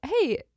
hey